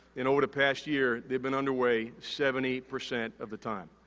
and, over the past year, they've been underway seventy percent of the time,